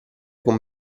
con